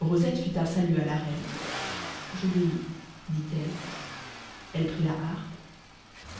rosette fit un salut à la reine j'obéis dit-elle elle prit la harpe